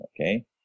okay